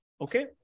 Okay